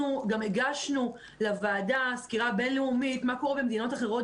אנחנו הקדשנו לוועדה סקירה בינלאומית מה קורה במדינות אחרות